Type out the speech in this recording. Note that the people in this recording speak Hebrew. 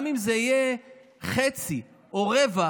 גם אם זה יהיה חצי או רבע,